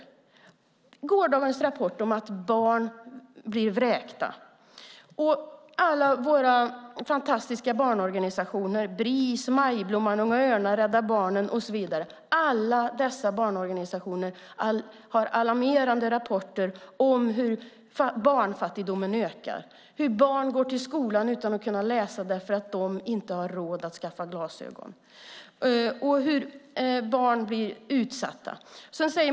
I går kom en rapport om att barn blir vräkta. Alla våra fantastiska barnorganisationer - Bris, Majblomman, Unga Örnar, Rädda Barnen och så vidare - har alarmerande rapporter om hur barnfattigdomen ökar, bland annat om hur barn får gå till skolan utan att kunna läsa därför att de inte har råd att skaffa glasögon och om hur barn blir utsatta.